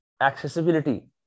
accessibility